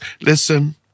Listen